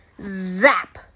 Zap